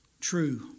true